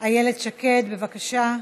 איילת שקד, בבקשה.